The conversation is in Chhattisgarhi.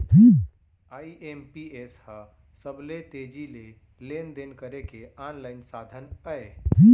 आई.एम.पी.एस ह सबले तेजी से लेन देन करे के आनलाइन साधन अय